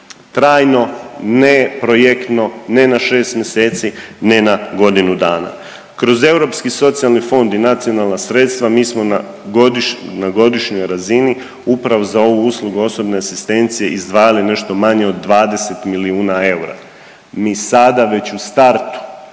trajno ne projektno, ne na šest mjeseci, ne na godinu dana. Kroz Europski socijalni fond i nacionalna sredstva mi smo na godišnjoj razini upravo za ovu uslugu osobne asistencije izdvajali nešto manje od 20 milijuna eura. Mi sada već u startu